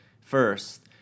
first